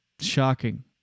shocking